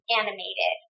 animated